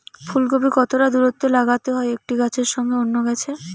ফুলকপি কতটা দূরত্বে লাগাতে হয় একটি গাছের সঙ্গে অন্য গাছের?